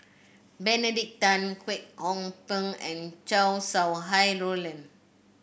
Benedict Tan Kwek Hong Png and Chow Sau Hai Roland